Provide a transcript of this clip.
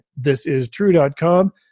thisistrue.com